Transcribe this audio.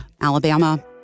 Alabama